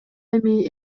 эми